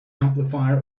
amplifier